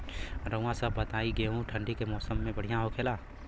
रउआ सभ बताई गेहूँ ठंडी के मौसम में बढ़ियां होखेला?